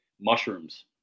Mushrooms